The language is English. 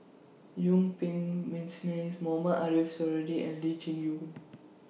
Yuen Peng Mohamed Ariff Suradi and Lee Chin YOU